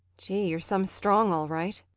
gee, you're some strong, all right.